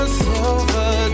silver